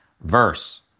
verse